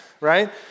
Right